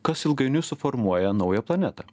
kas ilgainiui suformuoja naują planetą